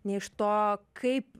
nei iš to kaip